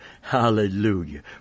Hallelujah